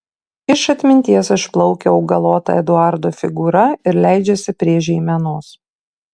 iš atminties išplaukia augalota eduardo figūra ir leidžiasi prie žeimenos